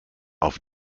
auf